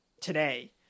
today